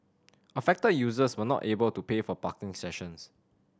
affected users were not able to pay for parking sessions